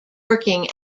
working